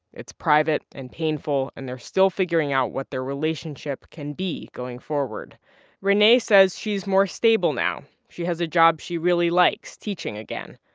it's private and painful, and they're still figuring out what their relationship can be going forward rene says she's more stable now. she has a job she really likes teaching again.